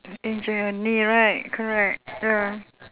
injure your knee right correct ya